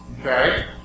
Okay